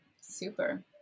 Super